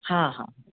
हा हा